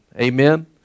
Amen